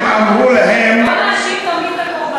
הם אמרו להם, קל להאשים תמיד את הקורבן.